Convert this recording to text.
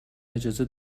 اجازه